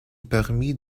permit